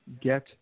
get